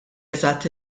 eżatt